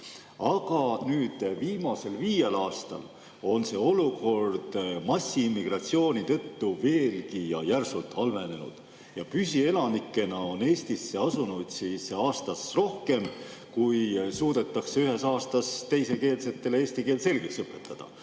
Aga viimasel viiel aastal on see olukord massiimmigratsiooni tõttu veelgi ja järsult halvenenud. Püsielanikena Eestisse asunuid on aastas rohkem, kui suudetakse ühes aastas teisekeelsetele eesti keelt selgeks õpetada.